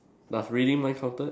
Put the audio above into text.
does reading mind counted